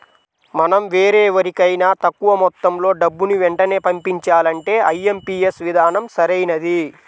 మనం వేరెవరికైనా తక్కువ మొత్తంలో డబ్బుని వెంటనే పంపించాలంటే ఐ.ఎం.పీ.యస్ విధానం సరైనది